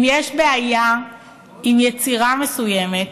אם יש בעיה עם יצירה מסוימת,